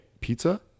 pizza